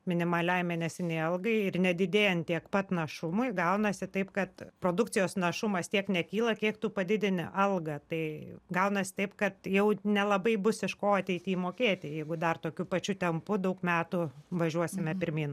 minimaliai mėnesinei algai ir nedidėjant tiek pat našumui gaunasi taip kad produkcijos našumas tiek nekyla kiek tu padidini algą tai gaunasi taip kad jau nelabai bus iš ko ateity mokėti jeigu dar tokiu pačiu tempu daug metų važiuosime pirmyn